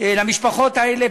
למשפחות האלה,